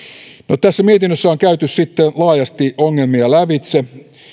tässä mietinnössä on käyty sitten laajasti ongelmia lävitse